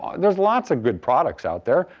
um there is lots of good products out there.